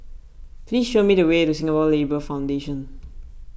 please show me the way to Singapore Labour Foundation